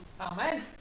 Amen